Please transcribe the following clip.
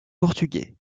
portugais